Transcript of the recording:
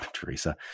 Teresa